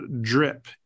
Drip